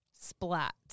Splat